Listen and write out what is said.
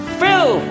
fill